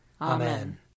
Amen